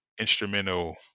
instrumental